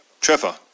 Trevor